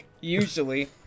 usually